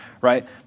right